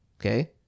Okay